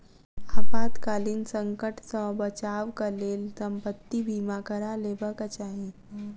आपातकालीन संकट सॅ बचावक लेल संपत्ति बीमा करा लेबाक चाही